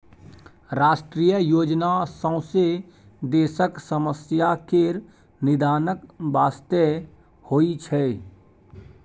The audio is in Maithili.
राष्ट्रीय योजना सौंसे देशक समस्या केर निदानक बास्ते होइ छै